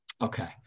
Okay